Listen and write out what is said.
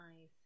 eyes